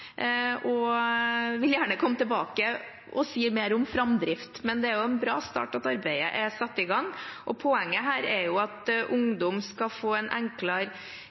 og jeg vil gjerne komme tilbake og si mer om framdrift. Men det er en bra start at arbeidet er satt i gang, og poenget her er at ungdom skal få en enklere